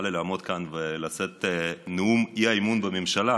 לי לעמוד כאן ולשאת נאום אי-אמון בממשלה,